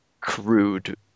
crude